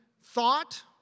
thought